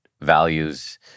values